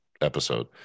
episode